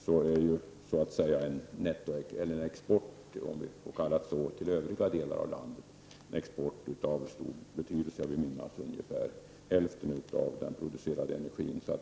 Men ”exporten” av elkraft till övriga delar av landet är också av stor betydelse. Jag vill minnas att länet står för ungefär hälften av den energi som produceras.